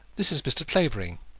this is mr. clavering.